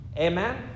Amen